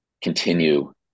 continue